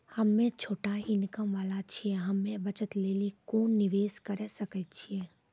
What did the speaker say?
हम्मय छोटा इनकम वाला छियै, हम्मय बचत लेली कोंन निवेश करें सकय छियै?